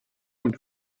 und